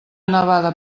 nevada